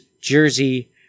jersey